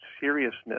seriousness